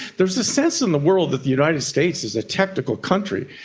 there's this sense in the world that the united states is a technical country.